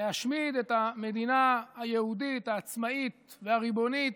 להשמיד את המדינה היהודית העצמאית והריבונית